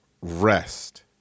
rest